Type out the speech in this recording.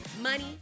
money